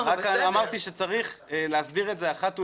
אמרתי שצריך להסדיר את זה אחת ולתמיד.